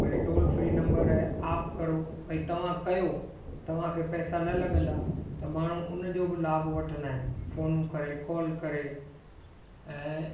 भई toll free number आप करो भई तव्हां कयो तव्हांखे पैसा न लॻंदा त माण्हू उन जो बि लाभ वठंदा आहिनि फोनूं करे कॉल करे ऐं